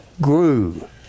grew